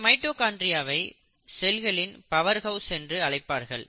இந்த மைட்டோகாண்ட்ரியாவை செல்களின் பவர்ஹவுஸ் என்றும் அழைப்பார்கள்